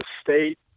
state